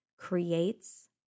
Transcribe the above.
creates